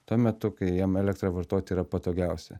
tuo metu kai jam elektrą vartoti yra patogiausia